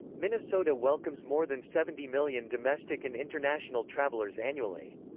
minnesota welcomes more than seventy million domestic and international travelers annually.